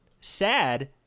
sad